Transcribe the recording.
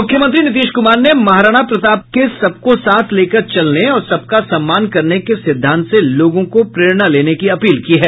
मुख्यमंत्री नीतीश कुमार ने महाराणा प्रताप के सबको साथ लेकर चलने और सबका सम्मान करने के सिद्धांत से लोगों को प्रेरणा लेने की अपील की है